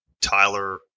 Tyler